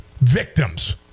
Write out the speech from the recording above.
victims